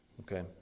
Okay